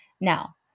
Now